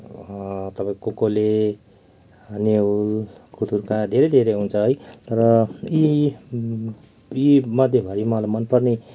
तपाईँको कोकले नेउली कुतुर्का धेरै धेरै हुन्छ है तर यी यीमध्येभरि मलाई मनपर्ने